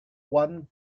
one